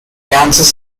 kansas